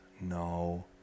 no